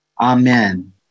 Amen